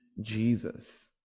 jesus